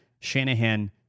Shanahan